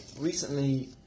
recently